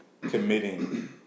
committing